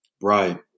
Right